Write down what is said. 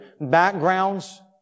backgrounds